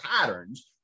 patterns